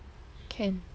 can